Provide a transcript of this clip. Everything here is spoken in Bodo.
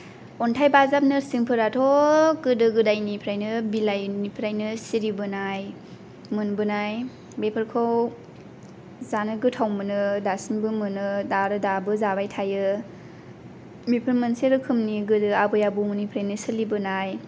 अनथाइ बाजाब नोरसिंफोराथ' गोदो गोदायनिफ्रायनो बिलाइनिफ्रायनो सिरिबोनाय मोनबोनाय बेफोरखौ जानो गोथाव मोनो दासिमबो मोनो दा आरो दाबो जाबाय थायो बेफोर मोनसे रोखोमनि गोदो आबै आबौमोननिफ्रायनो सोलिबोनाय